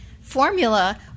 formula